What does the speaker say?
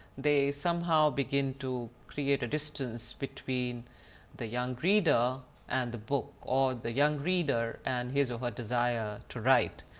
they somehow begin to create a distance between the young reader and the book or the young reader and his or her desire to write.